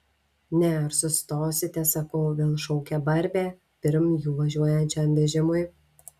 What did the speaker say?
ne ar sustosite sakau vėl šaukia barbė pirm jų važiuojančiam vežimui